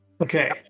Okay